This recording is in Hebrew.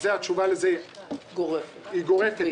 שהתשובה לזה היא גורפת,